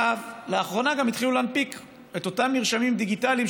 לאחרונה גם התחילו להנפיק את אותם מרשמים דיגיטליים,